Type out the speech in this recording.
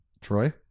Troy